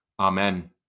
Amen